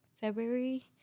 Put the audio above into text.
February